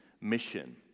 mission